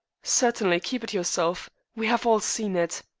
certainly, keep it yourself. we have all seen it.